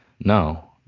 No